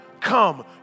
come